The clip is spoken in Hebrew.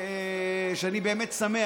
אני באמת שמח.